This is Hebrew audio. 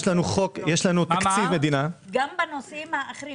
גם בנושאים האחרים.